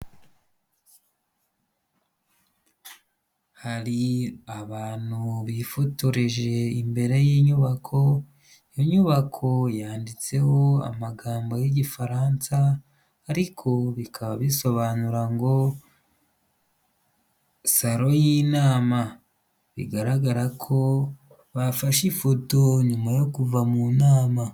Hari abantu bifotoreje imbere y'inyubako, iyo inyubako yanditseho amagambo y'igifaransa ariko bikaba bisobanura ngo salo y'inama. Bigaragara ko bafashe ifoto nyuma yo kuva mu nama.